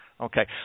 Okay